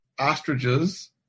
ostriches